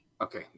Okay